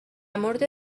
مورد